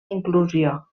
inclusió